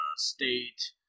State